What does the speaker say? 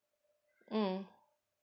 mm